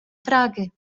frage